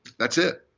that's it.